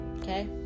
Okay